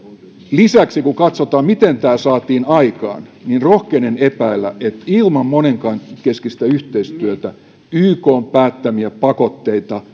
lisäksi kun katsotaan miten tämä saatiin aikaan niin rohkenen epäillä että ilman monenkeskistä yhteistyötä ykn päättämiä pakotteita